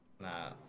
Nah